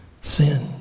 Sin